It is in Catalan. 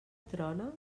trona